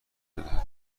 بدهد